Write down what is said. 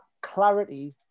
clarity